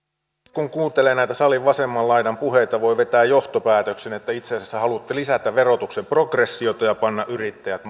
kun kuuntelee näitä salin vasemman laidan puheita voi vetää johtopäätöksen että te itse asiassa haluatte lisätä verotuksen progressiota ja panna yrittäjät